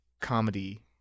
comedy